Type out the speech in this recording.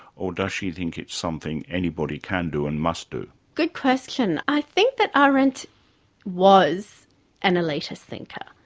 or does she think it's something anybody can do and must do? good question. i think that arendt was an elitist thinker.